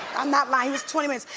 i'm not lying, it was twenty minutes.